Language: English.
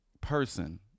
person